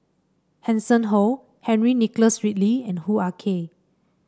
Hanson Ho Henry Nicholas Ridley and Hoo Ah Kay